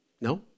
No